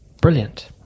brilliant